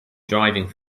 driving